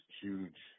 huge